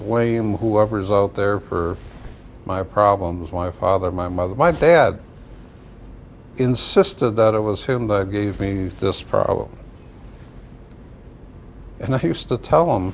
blame whoever's out there for my problems my father my mother my dad insisted that it was him that gave me this problem and i used to tell